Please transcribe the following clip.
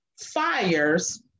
fires